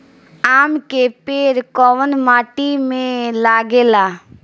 आम के पेड़ कोउन माटी में लागे ला?